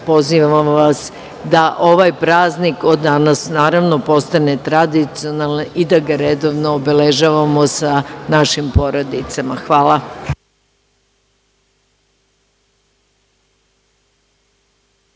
Pozivam vas da ovaj praznik od danas postane tradicionalan i da ga redovno obeležavamo sa našim porodicama. Hvala.